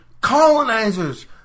colonizers